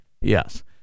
Yes